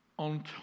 On